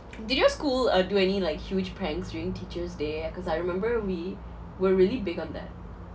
did your school uh do any like huge pranks during teachers' day uh cause I remember we were really big on that